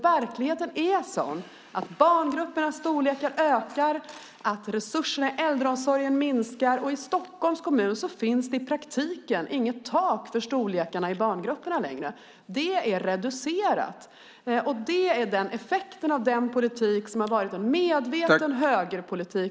Verkligheten är sådan att barngruppernas storlek ökar och resurserna i äldreomsorgen minskar. I Stockholms kommun finns det i praktiken inte längre något tak för storleken på barngrupperna. Det är reducerat. Det är effekten av fyra års medveten högerpolitik.